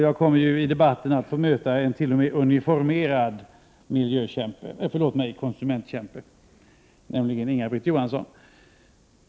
Jag kommer ju i debatten också t.o.m. att möta en uniformerad konsumentkämpe, nämligen Inga-Britt Johansson.